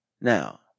Now